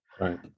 Right